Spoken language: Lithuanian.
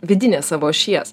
vidinės savo ašies